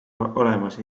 olemas